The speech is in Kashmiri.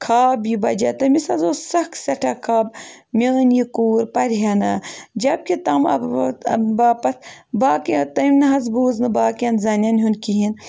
خواب یہِ بَجا تٔمِس حظ اوس سَکھ سٮ۪ٹھاہ خواب میٲنۍ یہِ کوٗر پَرِہہ نا جب کہِ أمۍ باپَتھ باقٕے تٔمۍ نہ حظ بوٗز نہٕ باقیَن زَنٮ۪ن ہُنٛد کِہیٖنۍ